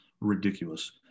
ridiculous